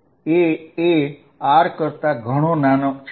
a એ r કરતા ઘણો ઘણો નાનો છે